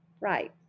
right